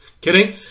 kidding